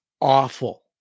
awful